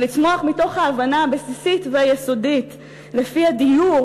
ולצמוח מתוך ההבנה הבסיסית והיסודית שלפיה דיור